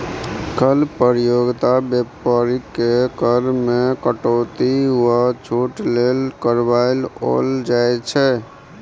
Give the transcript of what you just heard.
कर प्रतियोगिता बेपारीकेँ कर मे कटौती वा छूट लेल करबाओल जाइत छै